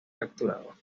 capturado